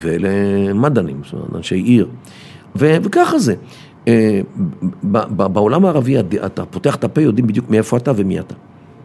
ואלה מדענים, זאת אומרת, אנשי עיר. וככה זה. בעולם הערבי אתה פותח את הפה, יודעים בדיוק מאיפה אתה ומי אתה.